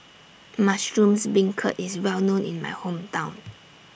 Mushroom Beancurd IS Well known in My Hometown